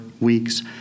weeks